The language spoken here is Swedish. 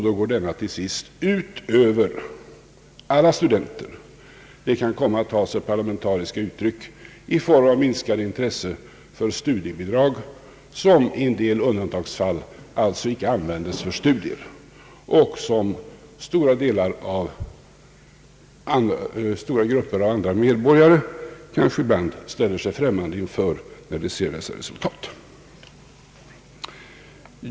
Då går den till sist ut över alla studenter. Det kan komma att ta sig parlamentariska uttryck i form av minskat intresse för studiebidrag, som i en del undantagsfall alltså icke användes för studier och som stora grupper av andra medborgare kanske ibland ställer sig främmande inför när de ser dessa resultat.